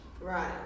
Right